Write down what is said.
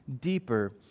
deeper